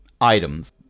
items